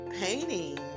painting